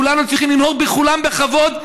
כולנו צריכים לנהוג בכולם בכבוד,